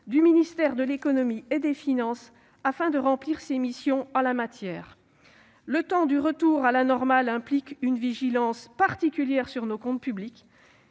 du ministère de l'économie et des finances, afin qu'il puisse continuer à remplir ses missions en la matière. Le temps du retour à la normale implique une vigilance particulière quant à nos comptes publics.